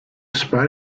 space